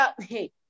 hey